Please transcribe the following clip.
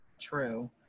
true